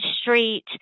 Street